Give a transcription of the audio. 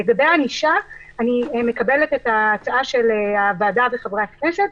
לגבי הענישה אני מקבלת את ההצעה של הוועדה וחברי הכנסת,